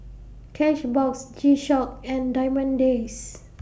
Cashbox G Shock and Diamond Days